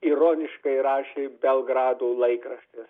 ironiškai rašė belgrado laikraštis